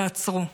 תעצרו.